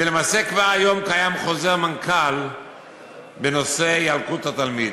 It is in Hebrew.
ולמעשה כבר היום קיים חוזר מנכ"ל בנושא ילקוט התלמיד.